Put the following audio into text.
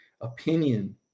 opinion